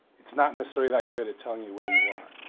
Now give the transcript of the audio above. it's not necessarily that good at telling you where you are.